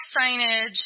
signage